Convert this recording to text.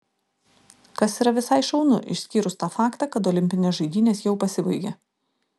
kas yra visai šaunu išskyrus tą faktą kad olimpinės žaidynės jau pasibaigė